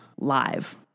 live